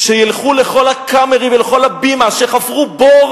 שילכו לכל "הקאמרי" ולכל "הבימה", שחפרו בור